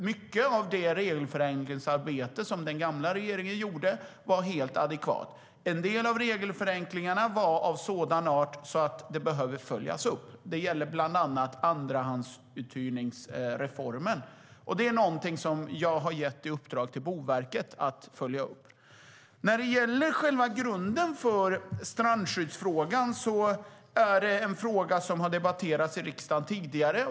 Mycket av det regelförenklingsarbete som den gamla regeringen gjorde var helt adekvat. En del av regelförenklingarna var dock av sådan art att de behöver följas upp. Det gäller bland annat andrahandsuthyrningsreformen, och det är någonting som jag har gett i uppdrag till Boverket att följa upp. När det gäller själva grunden för strandskyddet är det en fråga som har debatterats i riksdagen tidigare.